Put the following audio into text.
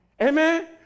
Amen